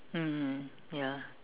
mmhmm ya